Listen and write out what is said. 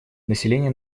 население